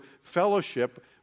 fellowship